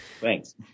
Thanks